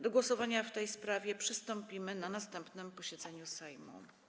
Do głosowania w tej sprawie przystąpimy na następnym posiedzeniu Sejmu.